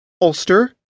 Ulster